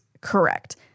correct